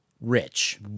rich